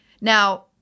Now